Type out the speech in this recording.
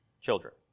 children